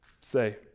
Say